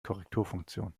korrekturfunktion